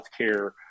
healthcare